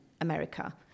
America